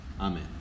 amen